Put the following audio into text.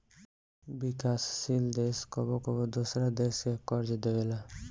विकासशील देश कबो कबो दोसरा देश से कर्ज लेबेला